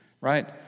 right